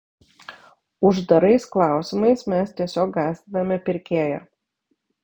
uždarais klausimais mes tiesiog gąsdiname pirkėją